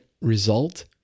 result